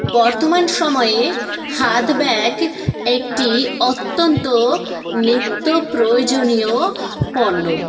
বর্তমান সময়ে হাত ব্যাগ একটি অত্যন্ত নিত্য প্রয়োজনীয় পণ্য